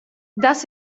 das